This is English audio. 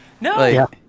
No